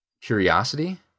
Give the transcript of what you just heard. curiosity